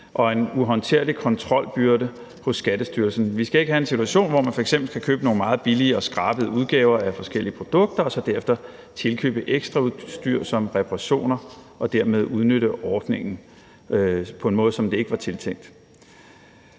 og en uhåndterlig kontrolbyrde hos Skattestyrelsen. Vi skal ikke have en situation, hvor man f.eks. kan købe nogle meget billige og skrabede udgaver af forskellige produkter og så derefter tilkøbe ekstraudstyr som reparationer og dermed udnytte ordningen på en måde, som det ikke var tiltænkt.